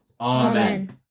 Amen